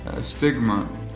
stigma